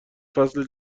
فصل